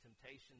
temptation